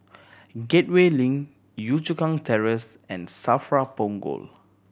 Gateway Link Yio Chu Kang Terrace and SAFRA Punggol